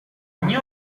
ogni